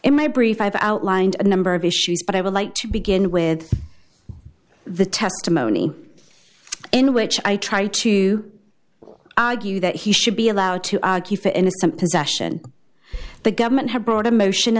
in my brief i've outlined a number of issues but i would like to begin with the testimony in which i tried to argue that he should be allowed to argue for innocent possession the government has brought a motion